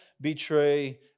betray